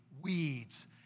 weeds